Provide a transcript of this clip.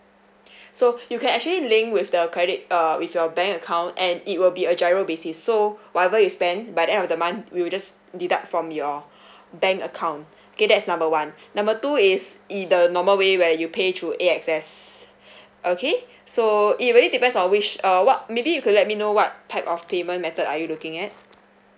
so you can actually link with the credit uh with your bank account and it will be a gyro basis so whatever is spent by the end of the month we will just deduct from your bank account okay that's number one number two is either normal way where you pay through A X S okay so it really depends on which uh what maybe you can let me know what type of payment method are you looking at